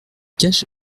cache